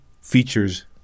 features